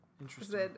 Interesting